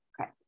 Okay